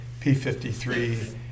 P53